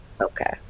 Okay